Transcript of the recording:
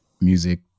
music